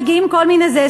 מגיעים כל מיני זה,